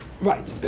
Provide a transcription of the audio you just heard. Right